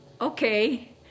okay